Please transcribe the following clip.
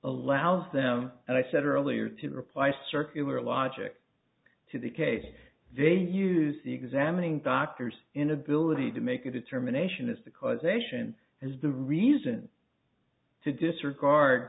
allows them and i said earlier to reply circular logic to the case they use the examining doctor's inability to make a determination as to causation is the reason to disregard